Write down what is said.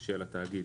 של התאגיד.